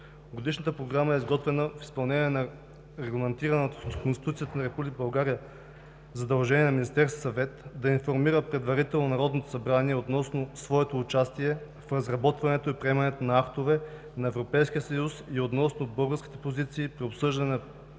Годишната програма е изготвена в изпълнение на регламентираното с Конституцията на Република България задължение на Министерския съвет да информира предварително Народното събрание относно своето участие в разработването и приемането на актове на Европейския съюз и относно българските позиции при обсъждането на